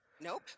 Nope